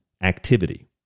activity